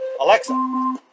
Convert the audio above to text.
Alexa